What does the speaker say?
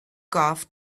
calf